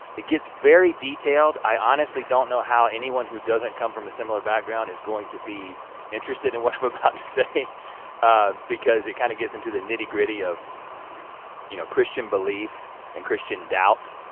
it gets very detailed, i honestly don't know how anyone who doesn't come from a similar background is going to be interested in what i'm about to say because it kind of gets into the nitty-gritty of you know christian belief and christian doubt,